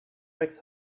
rex